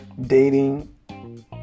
dating